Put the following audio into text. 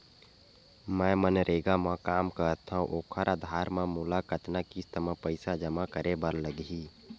मैं मनरेगा म काम करथव, ओखर आधार म मोला कतना किस्त म पईसा जमा करे बर लगही?